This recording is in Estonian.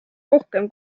rohkem